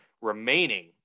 remaining